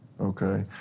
okay